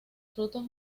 frutos